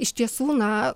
iš tiesų na